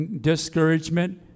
discouragement